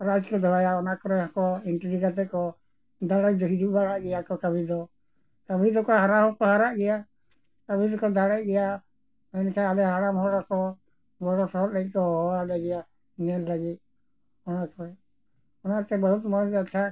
prize ᱠᱚ ᱫᱚᱦᱚᱭᱟ ᱚᱱᱟ ᱠᱚᱨᱮ ᱦᱚᱸᱠᱚ ᱮᱱᱴᱨᱤ ᱠᱟᱛᱮ ᱠᱚ ᱫᱟᱲᱮ ᱫᱚ ᱦᱤᱡᱩᱜ ᱵᱟᱲᱟᱜ ᱜᱮᱭᱟ ᱠᱚ ᱠᱟᱹᱵᱷᱤ ᱫᱚ ᱠᱟᱹᱵᱷᱤ ᱫᱚᱠᱚ ᱦᱟᱨᱟ ᱦᱚᱸᱠᱚ ᱦᱟᱨᱟᱜ ᱜᱮᱭᱟ ᱠᱟᱹᱵᱷᱤ ᱫᱚᱠᱚ ᱫᱟᱲᱮᱜ ᱜᱮᱭᱟ ᱢᱮᱱᱠᱷᱟᱱ ᱟᱞᱮ ᱦᱟᱲᱟᱢ ᱦᱚᱲ ᱠᱚ ᱜᱚᱲᱚ ᱥᱚᱦᱚᱫ ᱞᱟᱹᱜᱤᱫ ᱠᱚ ᱦᱚᱦᱚᱣᱟᱞᱮ ᱜᱮᱭᱟ ᱧᱮᱞ ᱞᱟᱹᱜᱤᱫ ᱚᱱᱟ ᱠᱷᱚᱡ ᱚᱱᱟᱛᱮ ᱵᱚᱦᱩᱛ ᱢᱚᱡᱽ ᱜᱮᱞᱮ ᱟᱴᱠᱟᱨᱟ